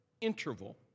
interval